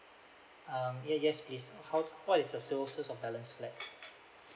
um ye~ yes is how what is the sales of balance flat